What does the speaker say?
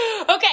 okay